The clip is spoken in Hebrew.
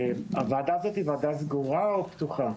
הוועדה הזאת היא ועדה סגורה או פתוחה?